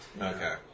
Okay